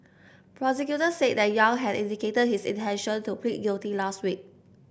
prosecutors said that Yang had indicated his intention to plead guilty last week